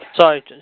Sorry